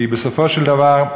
כי בסופו של דבר,